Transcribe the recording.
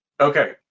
Okay